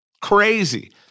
Crazy